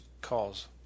calls